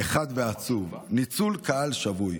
אחד ועצוב, ניצול קהל שבוי.